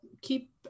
keep